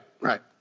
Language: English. right